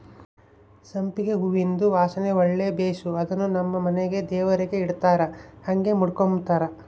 ಸಂಪಿಗೆ ಹೂವಿಂದು ವಾಸನೆ ಒಳ್ಳೆ ಬೇಸು ಅದುನ್ನು ನಮ್ ಮನೆಗ ದೇವರಿಗೆ ಇಡತ್ತಾರ ಹಂಗೆ ಮುಡುಕಂಬತಾರ